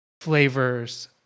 flavors